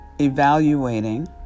evaluating